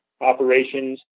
operations